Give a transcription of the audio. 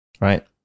right